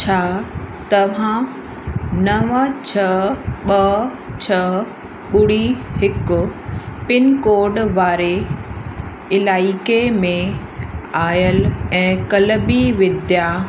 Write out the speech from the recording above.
छा तव्हां नव छह ॿ छह ॿुड़ी हिकु पिन कोड वारे इलाइक़े में आयल ऐं कलबी विद्या